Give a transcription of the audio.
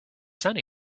sunny